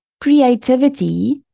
creativity